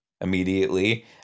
immediately